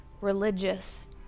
religious